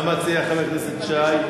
מה מציע חבר הכנסת שי?